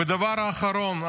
ודבר אחרון,